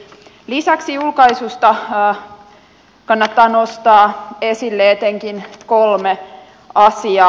lisäksi julkaisusta kannattaa nostaa esille etenkin kolme asiaa